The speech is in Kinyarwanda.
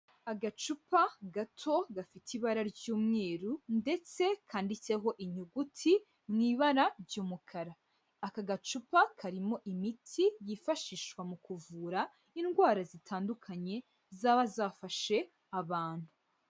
Agacupa gato gafite ibara ry'umweru ndetse kanditseho inyuguti mu ibara ry'umukara, aka gacupa karimo imiti yifashishwa mu kuvura indwara zitandukanye zaba zafashe abantu.